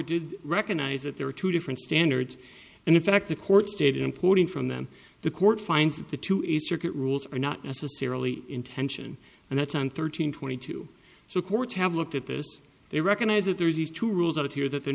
did recognize that there are two different standards and in fact the court stated importing from them the court finds that the two is circuit rule or not necessarily intention and that's on thirteen twenty two so courts have looked at this they recognize that there is these two rules out here that they're